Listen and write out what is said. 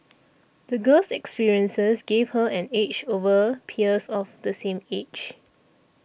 the girl's experiences gave her an edge over her peers of the same age